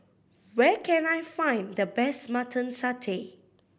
where can I find the best Mutton Satay